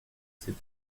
sais